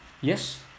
Yes